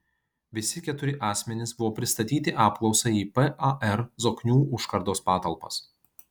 visi keturi asmenys buvo pristatyti apklausai į par zoknių užkardos patalpas